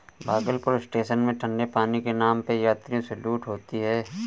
Bhagalpur station में ठंडे पानी के नाम पे यात्रियों से लूट होती है